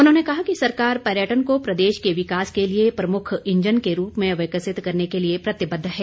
उन्होंने कहा कि सरकार पर्यटन को प्रदेश के विकास के लिए प्रमुख ईजन के रूप में विकसित करने के लिए प्रतिबद्ध है